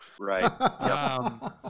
right